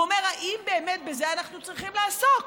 והוא אומר: האם באמת בזה אנחנו צריכים לעסוק?